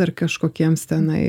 ar kažkokiems tenai